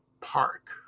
park